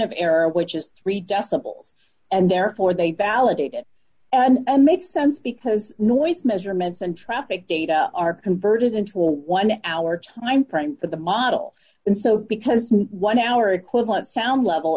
of error which is three decibels and therefore they validated and makes sense because noise measurements and traffic data are converted into a one hour time frame for the model and so because one hour equivalent sound level